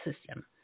system